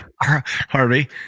Harvey